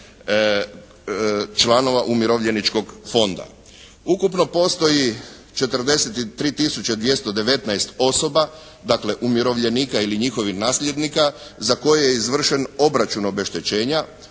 članova Umirovljeničkog fonda. Ukupno postoji 43 tisuće 219 osoba, dakle umirovljenika ili njihovih nasljednika za koje je izvršen obračun obeštećenja